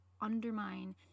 undermine